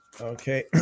Okay